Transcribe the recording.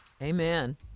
Amen